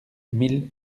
mille